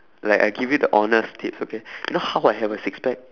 like I give you the honest tips okay you know how I have a six pack